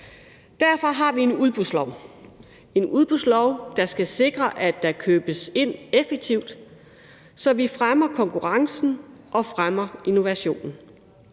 Derfor har vi en udbudslov – en udbudslov, der skal sikre, at der købes ind effektivt, så vi fremmer konkurrencen og fremmer innovationen.